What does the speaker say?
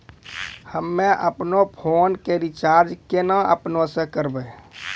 हम्मे आपनौ फोन के रीचार्ज केना आपनौ से करवै?